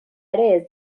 ere